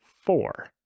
four